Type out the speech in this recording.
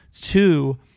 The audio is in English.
Two